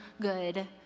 good